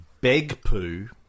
Begpoo